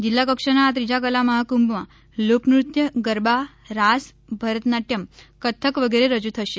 જિલ્લા કક્ષાના આ ત્રીજા કલા મહાકુંભમાં લોકનૃત્ય ગરબા રાસ ભરતનાટ્યમ કથ્થક વગેરે રજૂ થશે